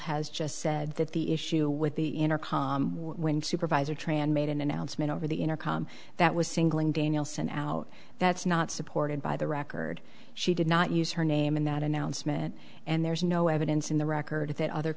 has just said that the issue with the intercom when supervisor tran made an announcement over the intercom that was singling danielson out that's not supported by the record she did not use her name in that announcement and there is no evidence in the record that other